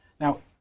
Now